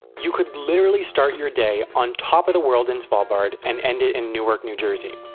you could literally start your day on top of the world in svalbard and end it in newark, new jersey,